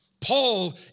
Paul